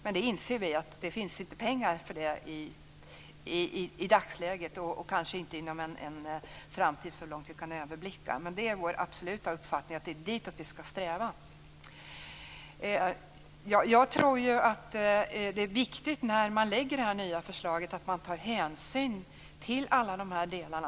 Men vi inser att det inte finns pengar för det i dagsläget och kanske inte inom en överblickbar framtid. Men det är ditåt vi skall sträva. Det är viktigt när det nya förslaget läggs fram att ta hänsyn till alla delarna.